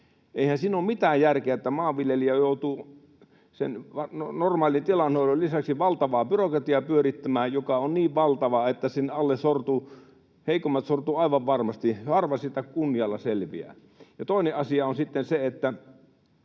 Eihän siinä ole mitään järkeä, että maanviljelijä joutuu sen normaalin tilanhoidon lisäksi pyörittämään valtavaa byrokratiaa, joka on niin valtava, että sen alle sortuu. Heikoimmat sortuvat aivan varmasti, harva siitä kunnialla selviää. Toinen asia on sitten se, että